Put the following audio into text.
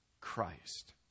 Christ